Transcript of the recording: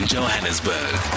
Johannesburg